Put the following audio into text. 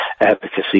advocacy